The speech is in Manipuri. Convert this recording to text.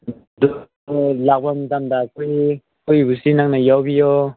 ꯑꯗꯣ ꯂꯥꯛꯄ ꯃꯇꯝꯗ ꯑꯩꯈꯣꯏꯕꯨꯁꯨ ꯅꯪꯅ ꯌꯥꯎꯕꯤꯌꯣ